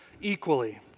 equally